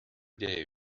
day